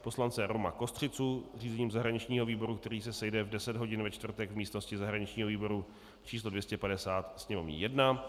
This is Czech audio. Poslance Roma Kostřicu řízením zahraničního výboru, který se sejde v 10 hodin ve čtvrtek v místnosti zahraničního výboru číslo 250, Sněmovní 1.